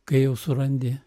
kai jau surandi